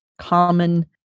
common